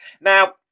Now